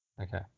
Okay